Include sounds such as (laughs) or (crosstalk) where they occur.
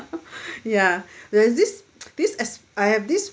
(laughs) ya where this (noise) this ex~ I have this